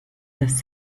das